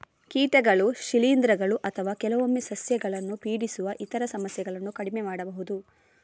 ಕೀಟಗಳು, ಶಿಲೀಂಧ್ರಗಳು ಅಥವಾ ಕೆಲವೊಮ್ಮೆ ಸಸ್ಯಗಳನ್ನು ಪೀಡಿಸುವ ಇತರ ಸಮಸ್ಯೆಗಳನ್ನು ಕಡಿಮೆ ಮಾಡಬಹುದು